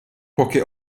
poche